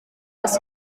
does